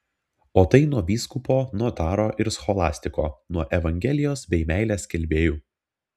o tai nuo vyskupo notaro ir scholastiko nuo evangelijos bei meilės skelbėjų